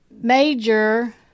major